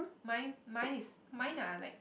mine mine is mine are like